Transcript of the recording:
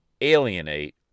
alienate